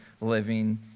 living